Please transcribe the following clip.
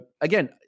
again